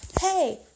Hey